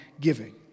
giving